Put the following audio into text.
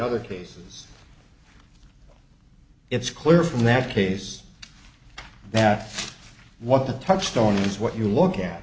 other cases it's clear from that case that what the touchstones what you look at